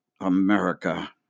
America